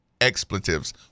expletives